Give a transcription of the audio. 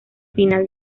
final